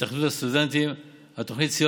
והתאחדות הסטודנטים על תוכנית סיוע